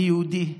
אני יהודי,